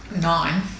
nine